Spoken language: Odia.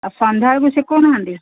ଆଉ ସନ୍ଧ୍ୟାବେଳକୁ ଶିଖଉ ନାହାନ୍ତି